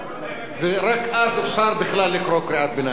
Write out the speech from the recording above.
ורק אז אפשר בכלל לקרוא קריאת ביניים.